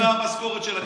חוץ מהמשכורת של הכנסת.